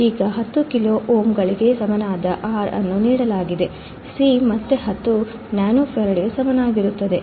ಈಗ 10 kilo ohm ಗಳಿಗೆ ಸಮಾನವಾದ R ಅನ್ನು ನೀಡಲಾಗಿದೆ C ಮತ್ತೆ 10 ನ್ಯಾನೊಫರಡ್ಗೆ ಸಮನಾಗಿರುತ್ತದೆ